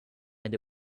and